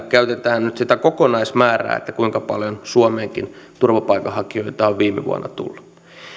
käytetään nyt sitä kokonaismäärää kuinka paljon suomeenkin turvapaikanhakijoita on viime vuonna tullut